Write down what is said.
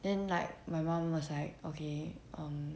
then like my mom was like okay err mm